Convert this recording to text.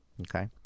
okay